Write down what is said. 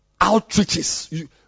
outreaches